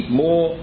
more